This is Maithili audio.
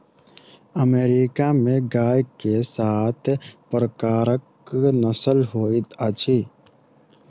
अमेरिका में गाय के सात प्रकारक नस्ल होइत अछि